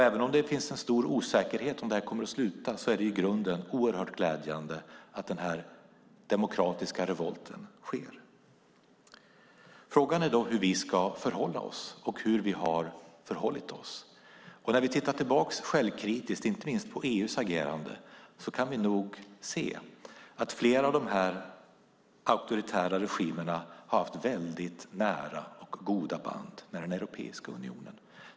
Även om det råder stor osäkerhet om hur detta kommer att sluta är det i grunden oerhört glädjande att denna demokratiska revolt sker. Frågan är hur vi ska förhålla oss och hur vi har förhållit oss. När vi tittar tillbaka självkritiskt, inte minst på EU:s agerande, kan vi se att flera av dessa auktoritära regimerna har haft nära och goda band med Europeiska unionen.